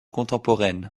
contemporaine